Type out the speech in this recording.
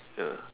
ya